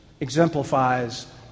exemplifies